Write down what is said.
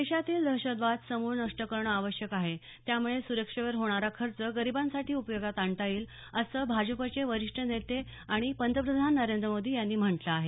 देशातील दहशतवाद समूळ नष्ट करणं आवश्यक आहे कारण त्यामुळे सुरक्षेवर होणारा खर्च गरिबांसाठी उपयोगात आणता येईल असं भाजपचे वरिष्ठ नेते आणि पंतप्रधान नरेंद्र मोदी यांनी म्हटलं आहे